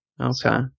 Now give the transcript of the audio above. Okay